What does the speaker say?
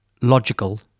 logical